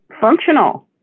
functional